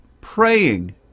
praying